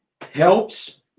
helps